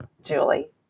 Julie